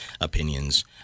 opinions